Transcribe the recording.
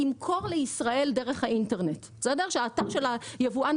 ימכור לישראל דרך האינטרנט ולכן